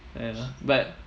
ya lah but